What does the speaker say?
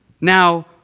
Now